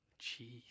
Jeez